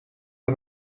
pas